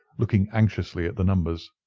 looking anxiously at the numbers.